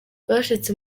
bashitse